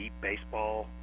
baseball